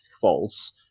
false